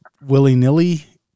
willy-nilly